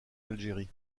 algérie